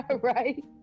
Right